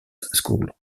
school